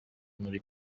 muri